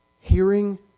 Hearing